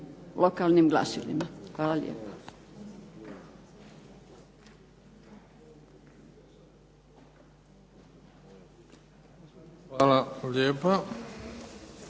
lokalnim glasilima. Hvala lijepa. **Bebić,